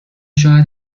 شاید